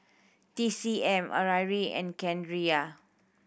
T C M Arai and Carrera